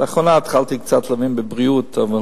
לאחרונה התחלתי קצת להבין בבריאות, אבל